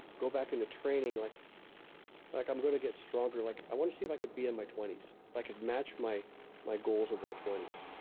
go back into training. like like i'm going to get stronger. like i want to see if i could be in my twenty s, if i could match my my goals of my twenty s.